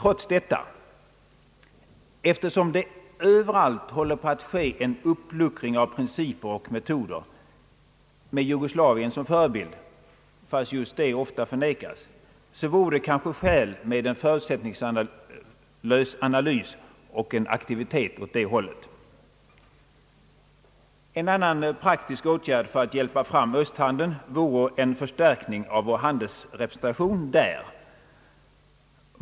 Trots detta, och eftersom det överallt håller på att ske en uppluckring av principer och metoder med Jugoslavien som förebild — fast just detta ofta förnekas — vore det kanske skäl till en förutsättningslös analys och en aktivitet åt det hållet. En annan praktisk åtgärd för att hjälpa fram Öösthandeln vore en förstärkning av vår handelsrepresentation där.